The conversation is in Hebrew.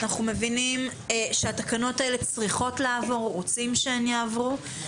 אנחנו מבינים שהתקנות האלה צריכות לעבור או רוצים שהן יעברו.